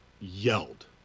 yelled